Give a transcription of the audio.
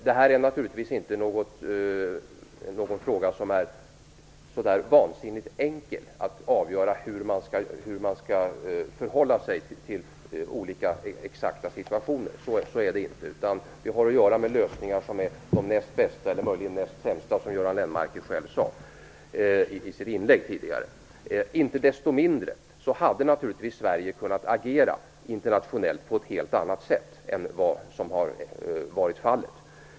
Det är naturligtvis inte enkelt att avgöra hur man skall förhålla sig till olika exakta situationer, utan vi har att göra med lösningar som är de näst bästa eller möjligen de näst sämsta, som Göran Lennmarker själv tidigare sade i sitt inlägg. Inte desto mindre hade Sverige naturligtvis kunnat agera internationellt på ett helt annat sätt än vad som har varit fallet.